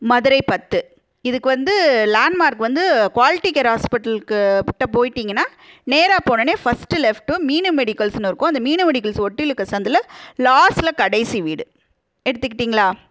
மதுரை பத்து இதுக்கு வந்து லாண்ட்மார்க் வந்து குவாலிட்டி கேர் ஹாஸ்பிட்டலுக்கு கிட்ட போயிட்டிங்கன்னா நேராக போனோன்னே ஃபஸ்ட்டு லெஃப்ட்டு மீனு மெடிக்கல்ஸ்ஸுன்னு இருக்கும் அந்த மீனு மெடிக்கல்ஸ் ஒட்டிருக்க சந்தில் லாஸ்ட்ல கடைசி வீடு எடுத்துக்கிட்டிங்களா